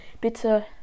bitte